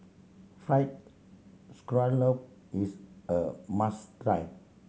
Fried Scallop is a must try